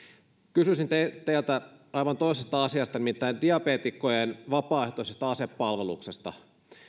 kysyisin teiltä aivan toisesta asiasta nimittäin diabeetikkojen vapaaehtoisesta asepalveluksesta